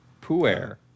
puer